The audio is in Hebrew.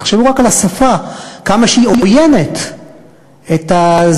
תחשבו רק על השפה, כמה היא עוינת את הזקן.